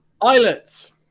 Islets